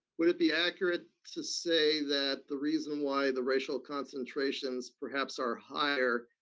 would it be accurate to say that the reason why the racial concentrations perhaps are higher,